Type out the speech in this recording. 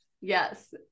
Yes